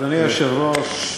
אדוני היושב-ראש,